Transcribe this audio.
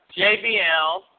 JBL